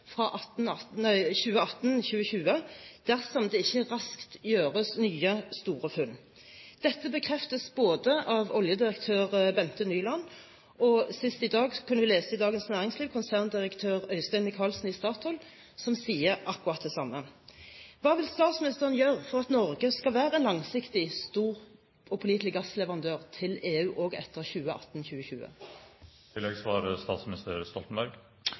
fra 2018–2020 dersom det ikke raskt gjøres nye, store funn. Dette bekreftes av oljedirektør Bente Nyland, og i dag kunne vi lese i Dagens Næringsliv at konserndirektør Øystein Michelsen i Statoil sier akkurat det samme. Hva vil statsministeren gjøre for at Norge skal være en langsiktig, stor og pålitelig gassleverandør til EU også etter